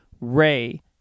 Ray